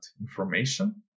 information